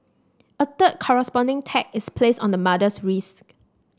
a third corresponding tag is placed on the mother's wrist